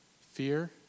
fear